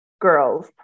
girls